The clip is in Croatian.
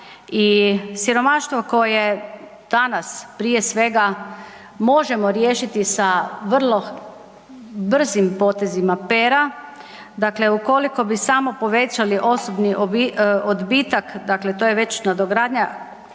i siromaštvo koje danas prije svega možemo riješiti sa vrlo brzim potezima pera. Dakle, ukoliko bi samo povećali osobni odbitak dakle to je već nadogradnja